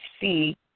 see